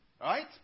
right